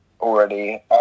already